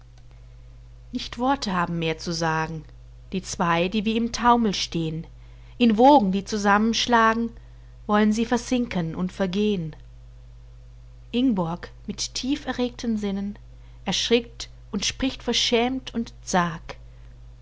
nicht worte haben mehr zu sagen die zwei die wie im taumel stehn in wogen die zusammenschlagen woll'n sie versinken und vergehn ingborg mit tief erregten sinnen erschrickt und spricht verschämt und zag